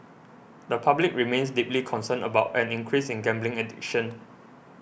the public remains deeply concerned about an increase in gambling addiction